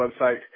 website